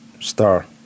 star